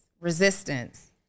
resistance